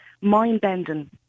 mind-bending